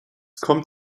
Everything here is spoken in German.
kommt